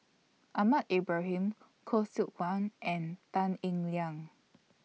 Ahmad Ibrahim Khoo Seok Wan and Tan Eng Liang